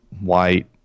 white